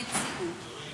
במציאות,